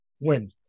Win